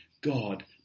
God